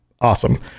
awesome